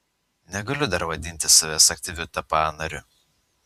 negaliu dar vadinti savęs aktyviu tpa nariu